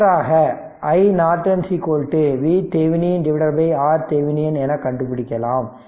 மாற்றாக in VThevenin RThevenin என கண்டுபிடிக்கலாம்